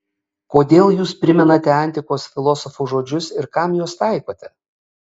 kodėl jūs primenate antikos filosofų žodžius ir kam juos taikote